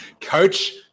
Coach